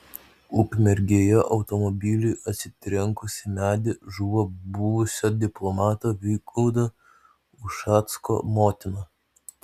ukmergėje automobiliui atsitrenkus į medį žuvo buvusio diplomato vygaudo ušacko motina